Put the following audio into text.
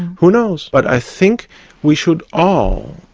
who knows? but i think we should all,